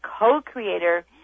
co-creator